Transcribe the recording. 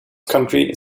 country